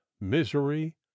misery